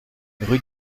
rue